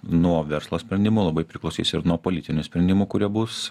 nuo verslo sprendimų labai priklausys ir nuo politinių sprendimų kurie bus